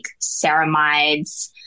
ceramides